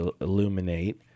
illuminate